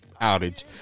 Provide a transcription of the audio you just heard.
outage